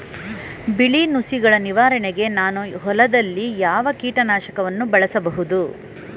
ಬಿಳಿ ನುಸಿಗಳ ನಿವಾರಣೆಗೆ ನಾನು ಹೊಲದಲ್ಲಿ ಯಾವ ಕೀಟ ನಾಶಕವನ್ನು ಬಳಸಬಹುದು?